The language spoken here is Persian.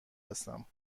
هستم